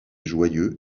joyeux